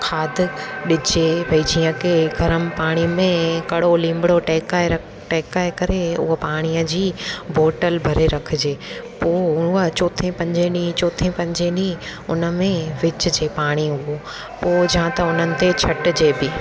खाद ॾिजे भई जीअं की गरम पाणी में कणो लीमणो टहिकाए रख टहिकाए करे उहो पाणीअ जी बोटल भरे रखिजे पोइ उहा चोथे पंजे ॾींहं चोथे पंजे ॾींहं उन में विझजे पाणी उहो पोइ जा त उन्हनि ते छॾिजे बि